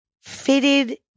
fitted